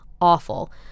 awful